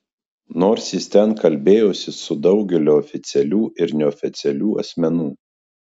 nors jis ten kalbėjosi su daugeliu oficialių ir neoficialių asmenų